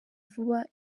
vuba